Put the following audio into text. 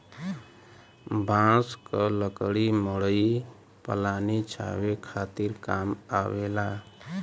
बांस क लकड़ी मड़ई पलानी छावे खातिर काम आवेला